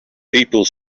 people